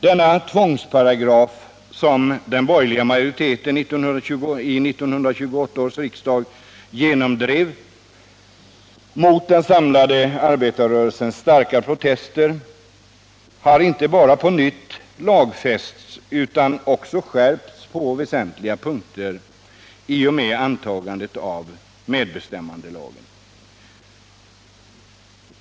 Den tvångsparagraf, som den borgerliga majoriteten i 1928 års riksdag genomdrev mot den samlade arbetarrörelsens starka protester, har inte bara på nytt lagfästs utan också skärpts på väsentliga punkter i och med antagandet av medbestämmandelagen.